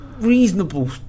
Reasonable